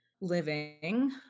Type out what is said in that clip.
living